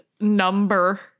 Number